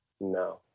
no